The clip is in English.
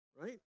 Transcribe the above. right